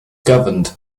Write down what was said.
governed